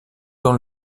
dans